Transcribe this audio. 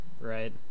right